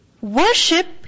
Worship